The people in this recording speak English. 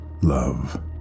love